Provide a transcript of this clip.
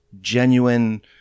genuine